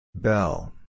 Bell